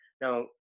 Now